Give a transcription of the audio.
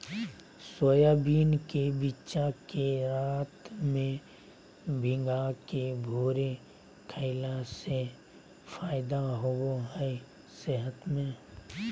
soybean के बिच्चा के रात में भिगाके भोरे खईला से फायदा होबा हइ सेहत में